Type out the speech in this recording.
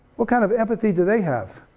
what kind of empathy did they have?